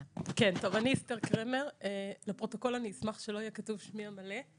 לפרוטוקול אשמח שלא יהיה כתוב שמי המלא.